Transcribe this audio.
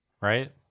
right